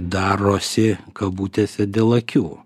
darosi kabutėse dėl akių